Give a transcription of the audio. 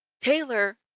Taylor